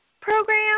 program